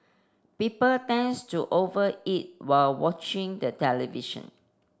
people tends to over eat while watching the television